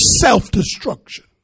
self-destruction